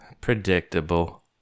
Predictable